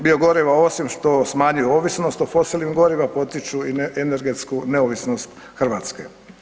Biogoriva osim što smanjuju ovisnost o fosilnim govorima potiču i energetsku neovisnost Hrvatske.